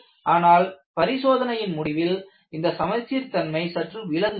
ஆனால் பரிசோதனையின் முடிவில் இந்த சமச்சீர் தன்மை சற்று விலகுகிறது